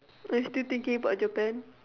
are you still thinking about Japan